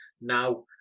now